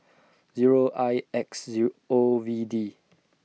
Zero I X Zero O V D